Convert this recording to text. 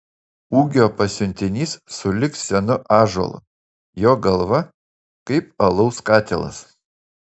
ūgio pasiuntinys sulig senu ąžuolu jo galva kaip alaus katilas